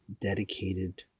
dedicated